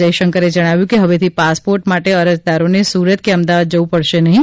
જયશંકરે જણાવ્યું કે હવેથી પાસપોર્ટ માટે અરજદારોને સુરત કે અમદાવાદ જવું પડશે નહીં